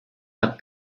hat